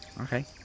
Okay